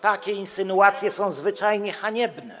Takie insynuacje są zwyczajnie haniebne.